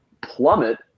plummet